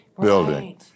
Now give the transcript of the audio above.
building